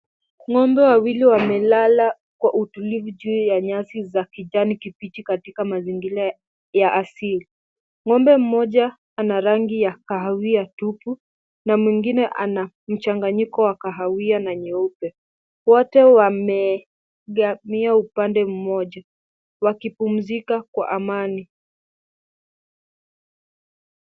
Ng'ombe wawili wamelala kwa utilulivu juu ya nyasi katika mazingira ya asili. Ng'ombe mmoja ana rangi ya kahawia tupu na mwingine mchanganyiko wa kahawia na nyeupe. Wote wameangalia kwa upande mmoja wakipumzika kwa amani.